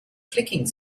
clicking